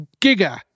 Giga